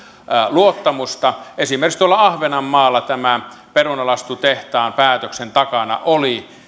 luottamusta esimerkiksi ahvenanmaalla tämän perunalastutehtaan päätöksen takana oli